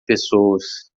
pessoas